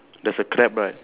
there's a crab right